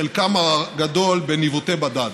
חלקם הגדול ניווטי בדד.